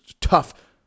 tough